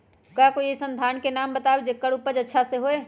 का कोई अइसन धान के नाम बताएब जेकर उपज अच्छा से होय?